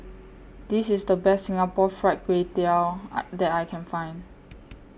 This IS The Best Singapore Fried Kway Tiao I that I Can Find